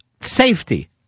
safety